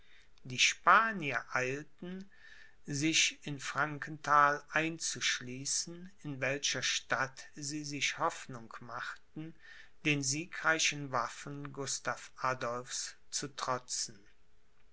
die spanier eilten sich in frankenthal einzuschließen in welcher stadt sie sich hoffnung machten den siegreichen waffen gustav adolphs zu trotzen